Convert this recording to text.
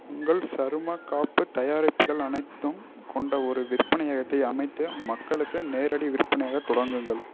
உங்கள் சருமக் காப்புத் தயாரிப்புகள் அனைத்தும் கொண்ட ஒரு விற்பனையகத்தை அமைத்து மக்களுக்கு நேரடி விற்பனையைத் தொடங்குங்கள்